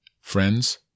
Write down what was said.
friends